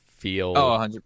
feel